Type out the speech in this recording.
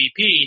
MVP